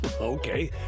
Okay